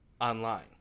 online